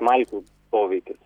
smalkių poveikis